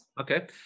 Okay